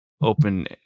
open